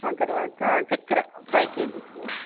ఆ తర్వాత చక్కెర ఒక ఫైవ్ కేజెస్సు